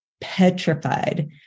petrified